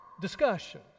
discussion